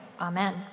Amen